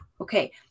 okay